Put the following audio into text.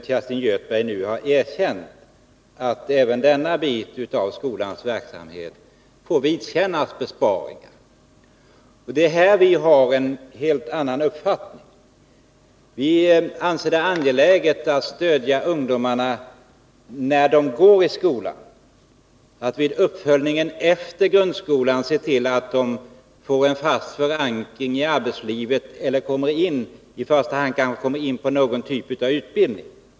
Kerstin Göthberg har nu erkänt att även denna bit av skolans verksamhet får vidkännas besparingar. Här har vi en helt annan uppfattning. Vi anser det angeläget att stödja ungdomarna när de går i skolan och att vid uppföljningen efter grundskolan se till att de får en fast förankring i arbetslivet eller kanske i första hand kommer in på någon typ av utbildning.